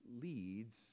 leads